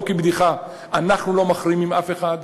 לא כבדיחה: אנחנו לא מחרימים אף אחד,